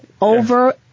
over